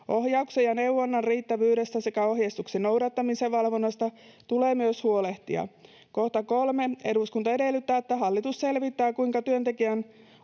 Ohjauksen ja neuvonnan riittävyydestä sekä ohjeistuksen noudattamisen valvonnasta tulee myös huolehtia.” 3) ”Eduskunta edellyttää, että hallitus selvittää, kuinka työntekijän